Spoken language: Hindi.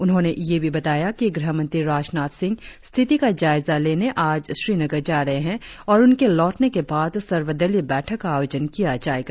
उन्होंने यह भी बताया कि गृह मंत्री राजनाथ सिंह स्थिति का जायजा लेने आज श्रीनगर जा रहे है और उनके लौटने के बाद सर्वदलीय बैठक का आयोजन किया जाएगा